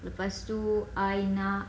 lepas tu I nak